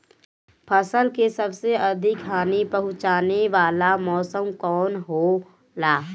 फसल के सबसे अधिक हानि पहुंचाने वाला मौसम कौन हो ला?